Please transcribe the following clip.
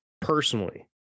personally